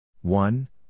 One